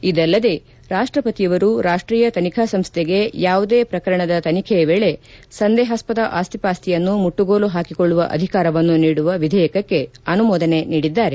ಇದಲ್ಲದೆ ರಾಷ್ಟಪತಿಯವರು ರಾಷ್ಲೀಯ ತನಿಖಾ ಸಂಸ್ಥೆಗೆ ಯಾವುದೇ ಪ್ರಕರಣದ ತನಿಖೆಯ ವೇಳೆ ಸಂದೇಹಾಸ್ವದ ಆಸ್ತಿಪಾಸ್ತಿಯನ್ನು ಮುಟ್ಲುಗೋಲು ಹಾಕಿಕೊಳ್ಳುವ ಅಧಿಕಾರವನ್ನು ನೀಡುವ ವಿಧೇಯಕಕ್ಕೆ ಅನುಮೋದನೆ ನೀಡಿದ್ದಾರೆ